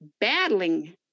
battling